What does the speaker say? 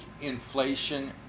Inflation